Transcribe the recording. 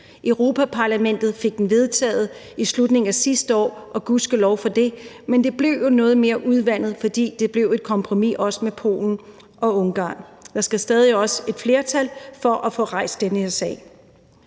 Europa-Parlamentet fik den vedtaget i slutningen af sidste år, og gudskelov for det, men det blev jo noget udvandet, fordi det blev et kompromis, også med Polen og Ungarn. Der skal stadig også være et flertal for at få rejst den her sag.